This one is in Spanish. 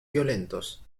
violentos